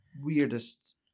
weirdest